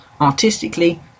Artistically